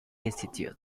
institute